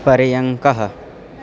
पर्यङ्कः